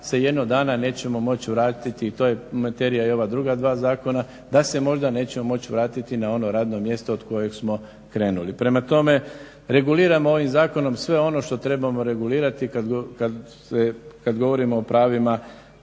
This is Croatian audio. se jednog dana nećemo moći vratiti. To je materija i ova druga dva zakona, da se možda nećemo moći vratiti na ono radno mjesto od kojeg smo krenuli. Prema tome, reguliramo ovim zakonom sve ono što trebamo regulirati kad govorimo o pravima